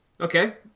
Okay